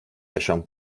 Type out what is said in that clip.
yaşam